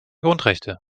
grundrechte